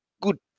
good